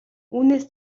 үүнээс